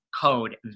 code